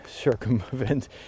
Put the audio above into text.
circumvent